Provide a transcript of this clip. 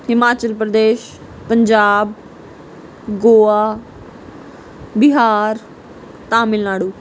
Himachal Pradesh Punjab Goa Bihar Tamil Nadu